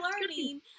learning